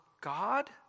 God